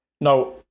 Now